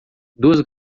duas